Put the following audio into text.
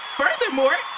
furthermore